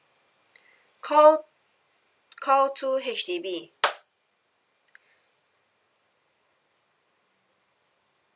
call call two H_D_B